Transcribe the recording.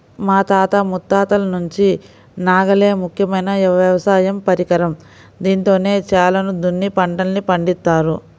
మా తాత ముత్తాతల నుంచి నాగలే ముఖ్యమైన వ్యవసాయ పరికరం, దీంతోనే చేలను దున్ని పంటల్ని పండిత్తారు